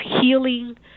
healing